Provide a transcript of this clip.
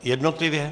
Jednotlivě?